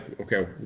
okay